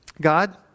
God